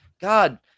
God